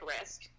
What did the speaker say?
risk